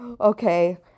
okay